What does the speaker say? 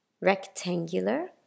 Rectangular